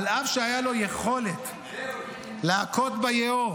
אף שהייתה לו יכולת להכות ביאור